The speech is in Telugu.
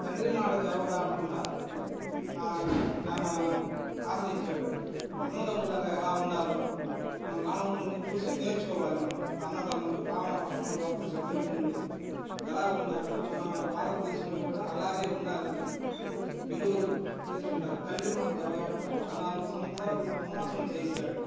తండ్రి మాట జవదాటకుండా చాలా ఆశరించాడు అన్నదమ్ములలా ఎలా ఉండాలో రాముడిని చూసి నేర్చుకోవాలి మనం అన్నదమ్ములు రామ లక్షణ భరత శత్రుజ్ఞులు ఎలా ఉండారో మన భారద్దేశంలో కూడా అలాగే ఉండాలని విలువలు నేర్చుకుంటారు తండ్రి మాట జవదాటకుండా పద్నాలుగు సంవత్సరాలు వనవాసం చేసాడు